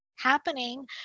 happening